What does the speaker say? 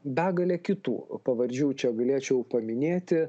begalė kitų pavardžių čia galėčiau paminėti